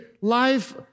life